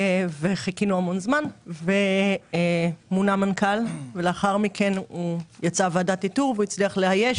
חיכינו זמן רב ומונה מנכ"ל ולאחר מכן יצאה ועדת איתור והוא הצליח לאייש